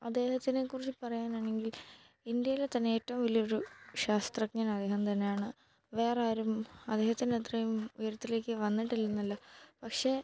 അദ്ദേഹത്തിനെക്കുറിച്ച് പറയാനാണെങ്കിൽ ഇൻഡ്യയിലെ തന്നെ ഏറ്റവും വലിയൊരു ശാസ്ത്രജ്ഞൻ അദ്ദേഹം തന്നെയാണ് വേറെ ആരും അദ്ദേഹത്തിന്റത്രയും ഉയരത്തിലേക്ക് വന്നിട്ടില്ലെന്നല്ല പക്ഷെ